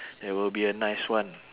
that will be a nice one